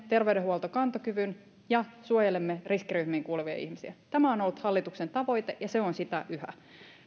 terveydenhuollon kantokyvyn ja suojelemme riskiryhmiin kuuluvia ihmisiä tämä on ollut hallituksen tavoite ja se on sitä yhä